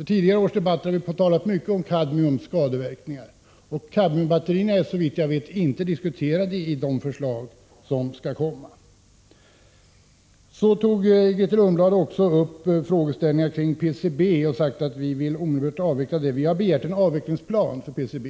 I tidigare års debatter talade vi mycket om kadmiumets skadeverkningar, men kadmiumbatterierna är såvitt jag vet inte diskuterade i de förslag som skall läggas fram. Däremot tog Grethe Lundblad upp frågeställningarna kring PCB och sade att vi ville avveckla PCB-användningen omedelbart. Vi har begärt en avvecklingsplan för PCB.